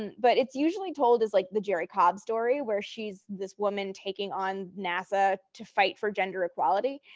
but it's usually told is like the jerrie cobb story, where she's this woman taking on nasa to fight for gender equality.